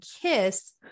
kiss